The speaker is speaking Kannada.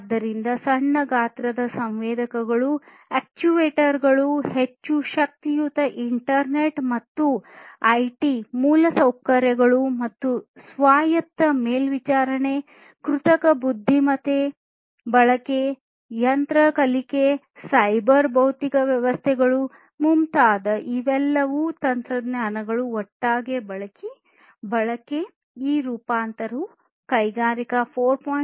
ಆದ್ದರಿಂದ ಸಣ್ಣ ಗಾತ್ರದ ಸಂವೇದಕಗಳು ಅಕ್ಚುಯೇಟರ್ಗಳು ಹೆಚ್ಚು ಶಕ್ತಿಯುತ ಇಂಟರ್ನೆಟ್ ಮತ್ತು ಐಟಿ ಮೂಲಸೌಕರ್ಯಗಳು ಮತ್ತು ಸ್ವಾಯತ್ತ ಮೇಲ್ವಿಚಾರಣೆ ಕೃತಕ ಬುದ್ಧಿಮತ್ತೆ ಬಳಕೆ ಯಂತ್ರ ಕಲಿಕೆ ಸೈಬರ್ ಭೌತಿಕ ವ್ಯವಸ್ಥೆಗಳು ಮುಂತಾದ ಇವೆಲ್ಲವೂ ತಂತ್ರಜ್ಞಾನಗಳು ಒಟ್ಟಾಗಿ ಬಳಕೆ ಈ ರೂಪಾಂತರವು ಕೈಗಾರಿಕೆ 4